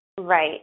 Right